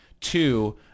two